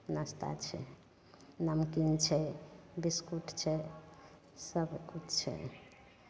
नाश्ता छै नमकीन छै बिसकुट छै सबकिछु छै